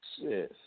Yes